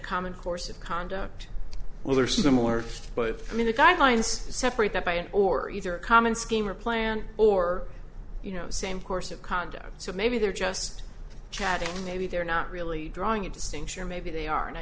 common course of conduct well or similar but i mean the guidelines separate that by and or either a common scheme or or plan you know same course of conduct so maybe they're just chatting maybe they're not really drawing a distinction or maybe they are and i